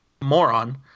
moron